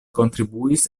kontribuis